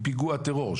מפיגוע טרור,